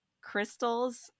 crystals